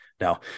Now